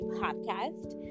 podcast